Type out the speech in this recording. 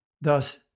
Thus